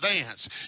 advance